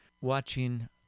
watching